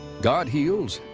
god heals.